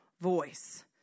voice